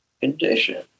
condition